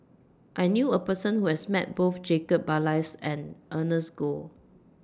I knew A Person Who has Met Both Jacob Ballas and Ernest Goh